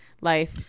life